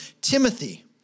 Timothy